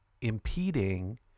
impeding